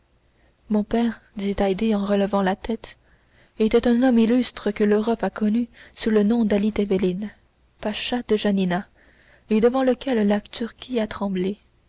mon père dit haydée en relevant la tête était un homme illustre que l'europe a connu sous le nom dali tebelin pacha de janina et devant lequel la turquie a tremblé